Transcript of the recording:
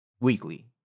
weekly